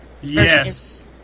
Yes